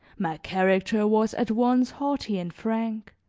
my character was at once haughty and frank,